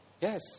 Yes